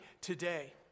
today